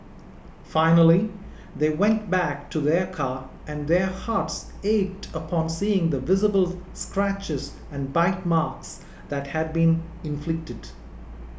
finally they went back to their car and their hearts ached upon seeing the visible scratches and bite marks that had been inflicted